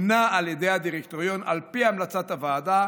מונה על ידי הדירקטוריון על פי המלצת הוועדה